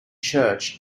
church